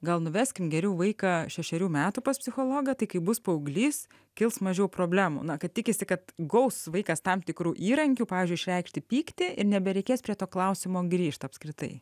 gal nuveskim geriau vaiką šešerių metų pas psichologą tai kai bus paauglys kils mažiau problemų na kad tikisi kad gaus vaikas tam tikrų įrankių pavyzdžiui išreikšti pyktį ir nebereikės prie to klausimo grįžt apskritai